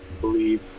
believe